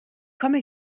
komme